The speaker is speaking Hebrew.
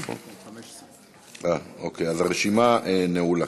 הרשימה נעולה.